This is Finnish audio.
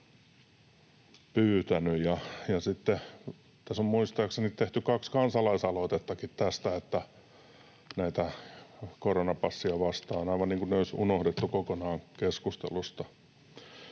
pyytänyt. Sitten muistaakseni on tehty kaksi kansalaisaloitettakin koronapassia vastaan. Aivan niin kuin ne olisi unohdettu kokonaan keskustelusta.